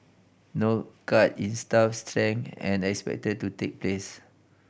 no cut in staff strength are expected to take place